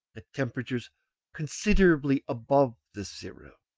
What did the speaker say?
at temperatures considerably above this zero.